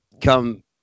come